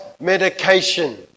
medication